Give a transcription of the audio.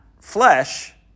flesh